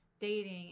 dating